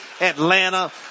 Atlanta